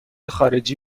خارجی